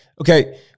okay